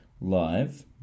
live